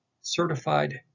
certified